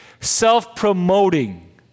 self-promoting